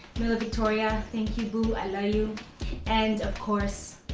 mila victoria. thank you boo, i love you and of course,